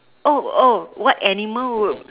oh oh what animal would